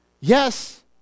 Yes